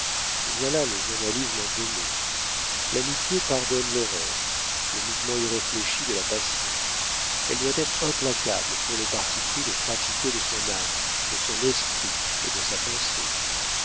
voilà le journalisme en deux mots l'amitié pardonne l'erreur le mouvement irréfléchi de la passion elle doit être implacable pour le parti pris de trafiquer de son âme de son esprit et de sa pensée